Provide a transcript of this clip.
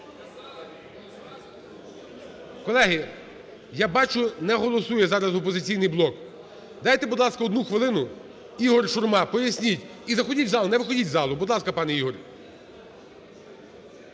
Колеги, я бачу, не голосує зараз "Опозиційний блок". Дайте, будь ласка, одну хвилину, ІгорШурма, поясніть. І заходіть в зал. Не виходіть з залу. Будь ласка, пане Ігор.